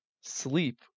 sleep